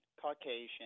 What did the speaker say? Caucasian